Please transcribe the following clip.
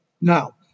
Now